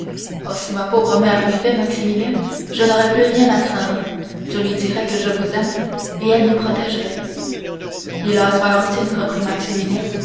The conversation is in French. oh si ma pauvre mère vivait maximilien je n'aurais plus rien à craindre je lui dirais que je vous aime et elle nous protégerait hélas valentine reprit